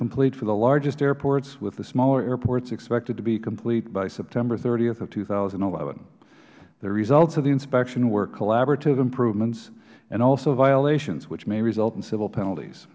complete for the largest airports with the smaller airports expected to be complete by septemberhth of two thousand and eleven the results of the inspection were collaborative improvements and also violations which may result in civil penalties